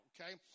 okay